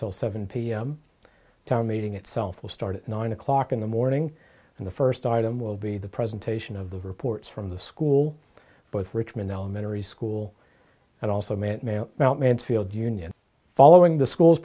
till seven pm town meeting itself will start at nine o'clock in the morning and the first item will be the presentation of the reports from the school both richmond elementary school and also meant about mansfield union following the school's